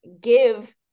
give